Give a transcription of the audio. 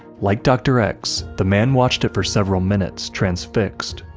like dr. x, the man watched it for several minutes, transfixed,